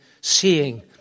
seeing